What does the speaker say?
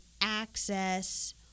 access